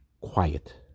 Quiet